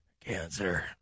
cancer